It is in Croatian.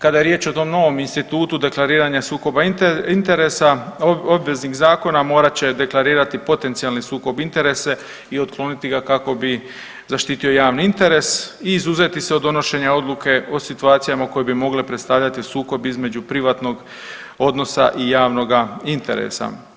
Kada je riječ o tom novom institutu deklariranja sukoba interesa obveznih zakona morat će deklarirati potencijali sukob interesa i otkloniti ga kako bi zaštitio javni interes i izuzeti se od donošenja odluke o situacijama koje bi mogle predstavljati sukob između privatnog odnosa i javnoga interesa.